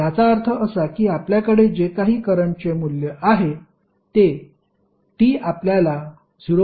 याचा अर्थ असा की आपल्याकडे जे काही करंटचे मूल्य आहे ते t आपल्याला 0